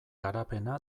garapena